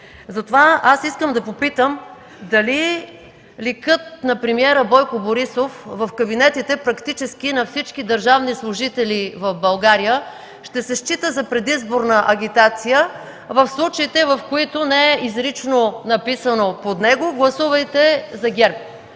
Затова искам да попитам: дали ликът на премиера Бойко Борисов в кабинетите, практически на всички държавни служители в България, ще се счита за предизборна агитация в случаите, в които не е изрично написано под него: „Гласувайте за